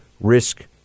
risk